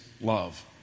love